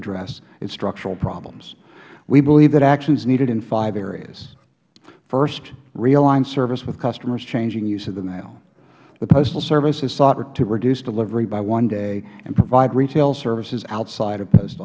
address its structural problems we believe that action is needed in five areas first realign service with customers changing use of the mail the postal service has sought to reduce delivery by one day and provide retail services outside of post